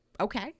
okay